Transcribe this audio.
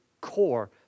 core